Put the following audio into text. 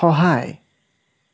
সহায়